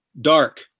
dark